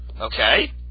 Okay